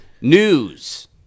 news